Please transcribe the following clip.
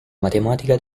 matematica